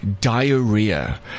diarrhea